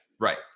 Right